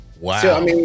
Wow